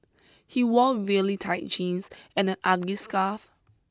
he wore really tight jeans and an ugly scarf